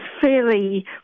fairly